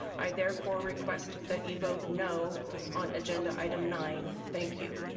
i therefore request that you vote no on agenda item nine. thank you.